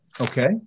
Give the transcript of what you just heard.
Okay